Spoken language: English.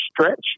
stretch